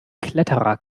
kletterer